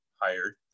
hired